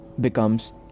becomes